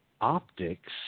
optics